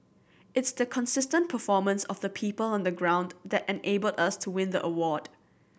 it's the consistent performance of the people on the ground that enabled us to win the award